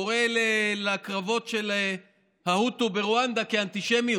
קורא לקרבות של ההוטו ברואנדה אנטישמיות.